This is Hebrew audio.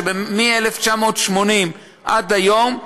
שמ-1980 עד היום,